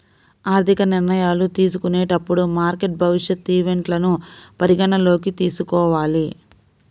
ఆర్థిక నిర్ణయాలు తీసుకునేటప్పుడు మార్కెట్ భవిష్యత్ ఈవెంట్లను పరిగణనలోకి తీసుకోవాలి